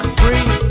free